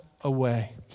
away